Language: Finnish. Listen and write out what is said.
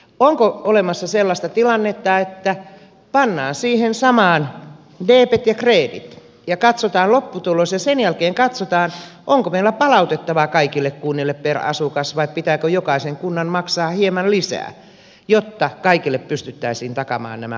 onko olemassa sellaista tilannetta että pannaan siihen samaan debet ja kredit ja katsotaan lopputulos ja sen jälkeen katsotaan onko meillä palautettavaa kaikille kunnille per asukas vai pitääkö jokaisen kunnan maksaa hieman lisää jotta kaikille pystyttäisiin takaamaan nämä palvelut